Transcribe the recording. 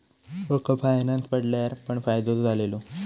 माका फायनांस पडल्यार पण फायदो झालेलो